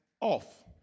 off